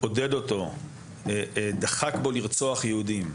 עודד אותו ודחק בו לרצוח יהודים.